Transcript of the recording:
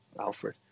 Alfred